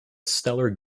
stellar